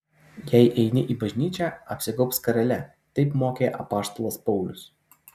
jei eini į bažnyčią apsigaubk skarele taip mokė apaštalas paulius